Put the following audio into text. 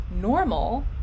Normal